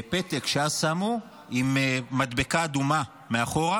פתק שאז שמו עם מדבקה אדומה מאחור,